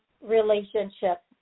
relationship